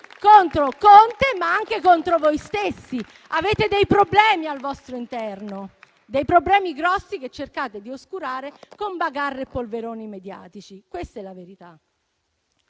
contro Conte, ma anche contro voi stessi. Avete dei problemi al vostro interno, dei problemi grossi che cercate di oscurare con bagarre e polveroni mediatici. Questa è la verità.